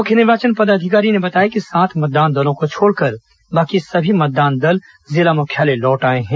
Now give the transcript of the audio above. मुख्य निर्वाचन पदाधिकारी ने बताया कि सात मतदान दलों को छोड़कर बाकी सभी मतदान दल जिला मुख्यालय लौट आए हैं